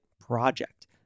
project